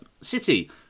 city